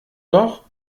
doch